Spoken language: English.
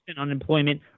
unemployment